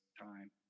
time